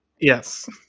Yes